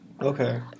Okay